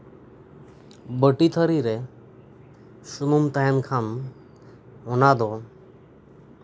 ᱵᱟᱹᱴᱤ ᱛᱷᱟᱹᱨᱤ ᱨᱮ ᱥᱩᱱᱩᱢ ᱛᱟᱦᱮᱱ ᱠᱷᱟᱱ ᱚᱱᱟ ᱫᱚ